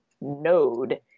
node